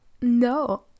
no